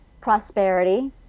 prosperity